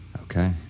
Okay